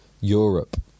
Europe